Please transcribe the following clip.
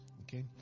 okay